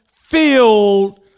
filled